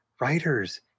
Writers